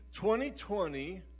2020